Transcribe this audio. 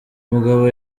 mugabo